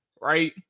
right